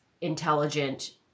intelligent